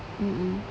mmhmm